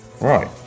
Right